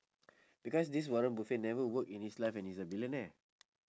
because this warren buffett never work in his life and he's a billionaire